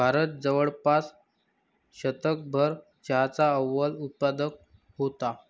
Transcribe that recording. भारत जवळपास शतकभर चहाचा अव्वल उत्पादक होता